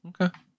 Okay